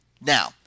Now